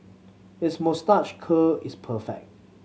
his moustache curl is perfect